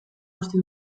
uste